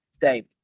Dave